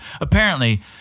Apparently-